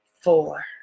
four